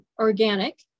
organic